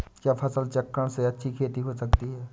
क्या फसल चक्रण से अच्छी खेती हो सकती है?